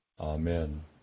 amen